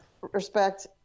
respect